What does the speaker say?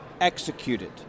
executed